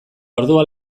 orduan